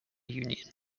union